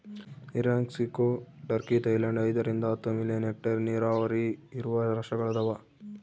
Iran ಕ್ಸಿಕೊ Turkey Thailand ಐದರಿಂದ ಹತ್ತು ಮಿಲಿಯನ್ ಹೆಕ್ಟೇರ್ ನೀರಾವರಿ ಇರುವ ರಾಷ್ಟ್ರಗಳದವ